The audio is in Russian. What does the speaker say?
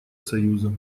союза